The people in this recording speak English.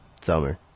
summer